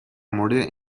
مورد